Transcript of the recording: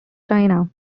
china